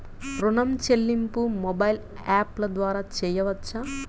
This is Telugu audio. ఋణం చెల్లింపు మొబైల్ యాప్ల ద్వార చేయవచ్చా?